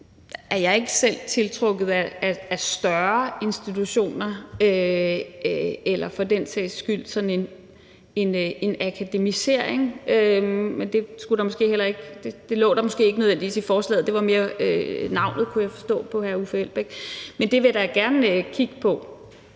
er jeg ikke selv tiltrukket af større institutioner eller for den sags skyld sådan en akademisering, men det lå der måske heller ikke nødvendigvis i forslaget. Det var mere navnet, kunne jeg forstå på hr. Uffe Elbæk, men det vil jeg da gerne kigge på.